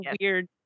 weird